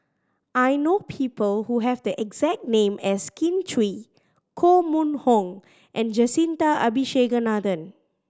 I know people who have the exact name as Kin Chui Koh Mun Hong and Jacintha Abisheganaden